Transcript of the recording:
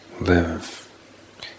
live